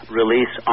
release